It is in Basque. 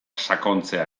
sakontzea